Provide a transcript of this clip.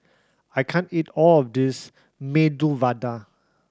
I can't eat all of this Medu Vada